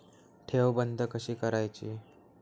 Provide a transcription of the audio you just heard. ठेव बंद कशी करायची?